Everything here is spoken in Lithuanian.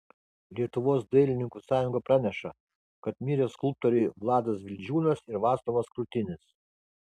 lietuvos dailininkų sąjunga praneša kad mirė skulptoriai vladas vildžiūnas ir vaclovas krutinis